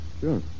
Sure